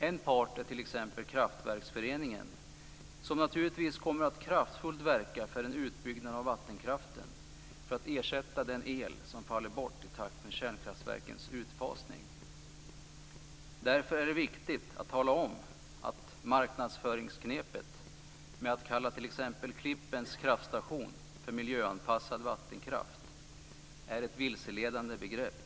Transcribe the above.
En part är t.ex. Kraftverksföreningen som naturligtvis kraftfullt kommer att verka för en utbyggnad av vattenkraften för att ersätta den el som faller bort i takt med kärnkraftverkens utfasning. Därför är det viktigt att tala om att det är ett marknadsföringsknep att kalla vattenkraft från t.ex. Klippens kraftstation för miljöanpassad. Det är ett vilseledande begrepp.